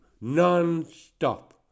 non-stop